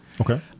Okay